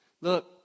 Look